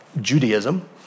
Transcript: Judaism